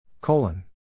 Colon